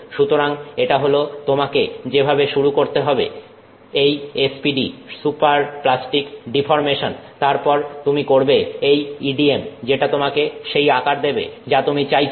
সুতরাং এটা হল তোমাকে যেভাবে শুরু করতে হবে এই SPD সুপারপ্লাস্টিক ডিফর্মেশন তারপর তুমি করবে এই EDM যেটা তোমাকে সেই আকার দেবে যা তুমি চাইছো